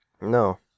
No